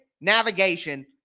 navigation